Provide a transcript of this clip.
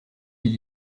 ils